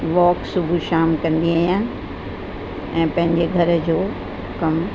walk सुबुह शाम कंदी आहियां ऐं पंहिंजे घर जो कमु